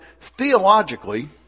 theologically